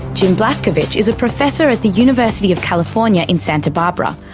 jim blascovich is a professor at the university of california in santa barbara,